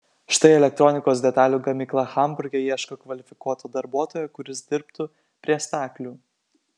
štai elektronikos detalių gamykla hamburge ieško kvalifikuoto darbuotojo kuris dirbtų prie staklių